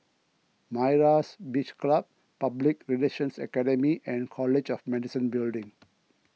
Myra's Beach Club Public Relations Academy and College of Medicine Building